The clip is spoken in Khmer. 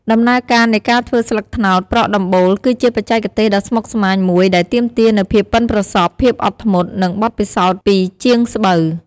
ដំណើរការនៃការធ្វើស្លឹកត្នោតប្រក់ដំបូល គឺជាបច្ចេកទេសដ៏ស្មុគស្មាញមួយដែលទាមទារនូវភាពប៉ិនប្រសប់ ភាពអត់ធ្មត់ និងបទពិសោធន៍ពីជាងស្បូវ។